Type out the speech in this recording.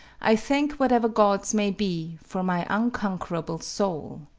i thank whatever gods may be for my unconquerable soul.